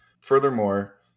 furthermore